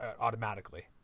automatically